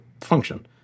function